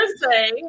Thursday